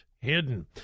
hidden